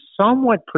somewhat